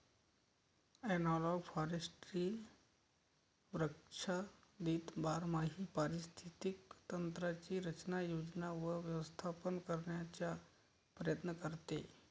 analogue forestry वृक्षाच्छादित बारमाही पारिस्थितिक तंत्रांची रचना, योजना व व्यवस्थापन करण्याचा प्रयत्न करते